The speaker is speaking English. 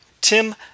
Tim